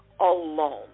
alone